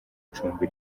icumbi